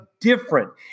different